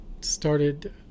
started